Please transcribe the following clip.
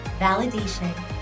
validation